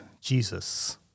Jesus